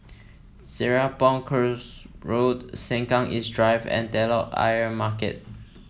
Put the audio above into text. Serapong Course Road Sengkang East Drive and Telok Ayer Market